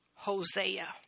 Hosea